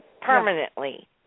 Permanently